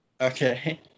Okay